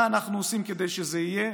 מה אנחנו עושים כדי שזה יהיה,